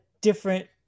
different